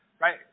right